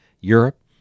Europe